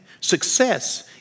Success